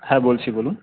হ্যাঁ বলছি বলুন